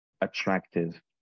attractive